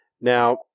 Now